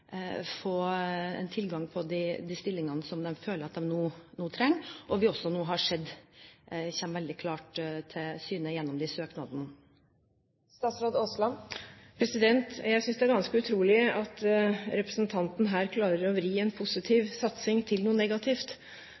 få tilgang på de stillingene de føler at de trenger – noe vi nå har sett kommer veldig klart til syne gjennom disse søknadene. Jeg synes det er ganske utrolig at representanten her klarer å vri en positiv satsing til noe negativt.